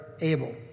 Abel